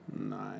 Nice